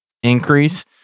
increase